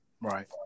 Right